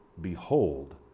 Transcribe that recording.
Behold